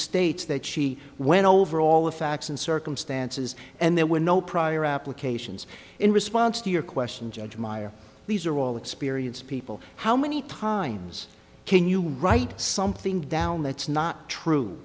states that she went over all the facts and circumstances and there were no prior applications in response to your question judge meyer these are all experienced people how many times can you write something down that's not true